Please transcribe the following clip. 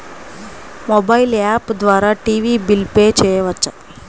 Mobile app ద్వారా TV bill pay చేయవచ్చా?